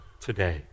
today